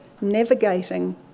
navigating